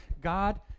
God